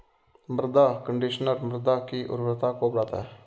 मृदा कंडीशनर मृदा की उर्वरता को बढ़ाता है